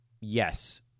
Yes